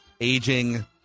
aging